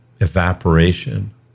evaporation